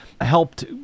helped